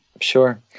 Sure